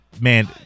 man